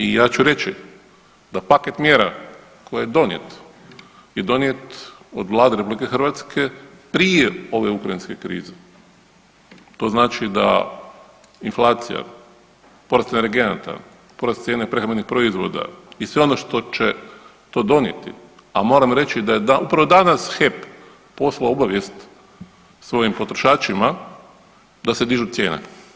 I ja ću reći da paket mjera koji je donijet i donijet od Vlade Republike Hrvatske prije ove ukrajinske krize, to znači da inflacija porast energenata, porast cijene prehrambenih proizvoda i sve ono što će to donijeti, a moram reći da je upravo danas HEP poslao obavijesti svojim potrošačima da se dižu cijene.